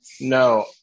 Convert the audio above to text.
No